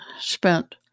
spent